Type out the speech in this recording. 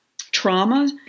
trauma